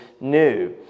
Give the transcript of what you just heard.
new